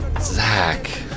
Zach